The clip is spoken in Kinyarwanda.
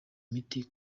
miti